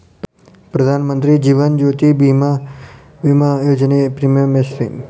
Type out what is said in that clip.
ಪ್ರಧಾನ ಮಂತ್ರಿ ಜೇವನ ಜ್ಯೋತಿ ಭೇಮಾ, ವಿಮಾ ಯೋಜನೆ ಪ್ರೇಮಿಯಂ ಎಷ್ಟ್ರಿ?